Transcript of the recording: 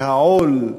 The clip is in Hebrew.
והעול,